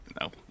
No